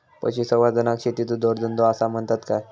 पशुसंवर्धनाक शेतीचो जोडधंदो आसा म्हणतत काय?